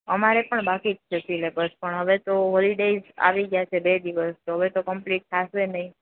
અમારે પણ બાકી જ છે સિલેબસ પણ હવે તો હોલિડે જ આવી ગયા છે બે દિવસ હવે તો કંપ્લીટ થશે નહીં